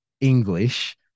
English